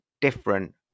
different